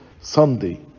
Sunday